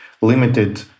limited